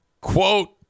quote